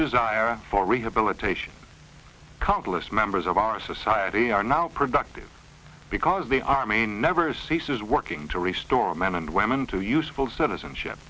desire for rehabilitation countless members of our society are now productive because they are may never ceases working to restore men and women to useful citizenship